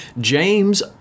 James